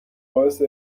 باعث